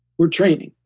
we're training.